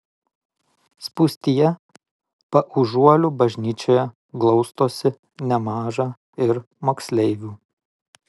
spūstyje paužuolių bažnyčioje glaustosi nemaža ir moksleivių